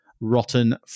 rotten